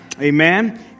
Amen